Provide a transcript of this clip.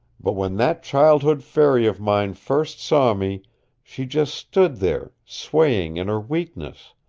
but when that childhood fairy of mine first saw me she just stood there, swaying in her weakness,